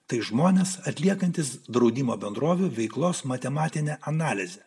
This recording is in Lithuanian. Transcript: tai žmonės atliekantys draudimo bendrovių veiklos matematinę analizę